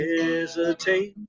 hesitate